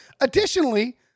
Additionally